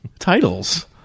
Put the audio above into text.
Titles